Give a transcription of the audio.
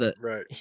right